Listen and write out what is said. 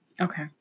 Okay